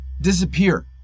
disappear